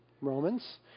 romans